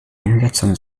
umsetzung